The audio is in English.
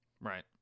Right